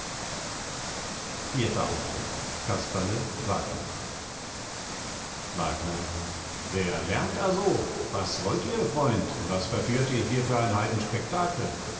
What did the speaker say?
vierter auftritt casperle wagner wagner wer lärmt da so was wollt ihr freund was verführt ihr hier für ein